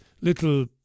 Little